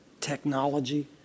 technology